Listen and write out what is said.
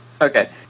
okay